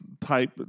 type